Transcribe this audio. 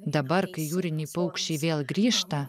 dabar kai jūriniai paukščiai vėl grįžta